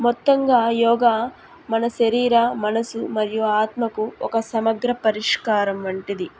మొత్తంగా యోగా మన శరీర మనసు మరియు ఆత్మకు ఒక సమగ్ర పరిష్కారం వంటిది